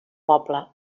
poble